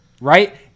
right